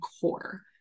core